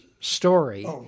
story